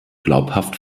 glaubhaft